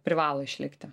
privalo išlikti